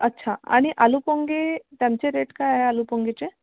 अच्छा आणि आलुपोंगे त्यांचे रेट काय आहे आलुपोंगेचे